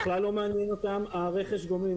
בכלל לא מעניין אותם רכש גומלין.